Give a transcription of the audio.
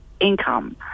income